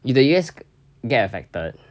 if the U_S get affected